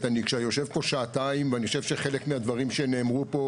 פה שעתיים, ואני חושב שחלק מהדברים שנאמרו פה